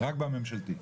רק בממשלתיים?